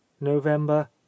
november